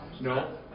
No